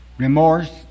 Remorse